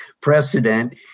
precedent